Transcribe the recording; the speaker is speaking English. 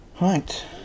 Right